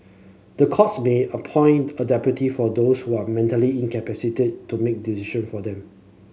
the courts be appoint a deputy for those who are mentally incapacitated to make decision for them